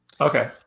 okay